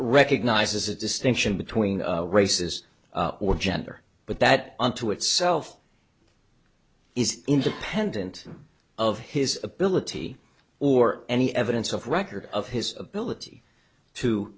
recognizes a distinction between races or gender but that unto itself is independent of his ability or any evidence of record of his ability to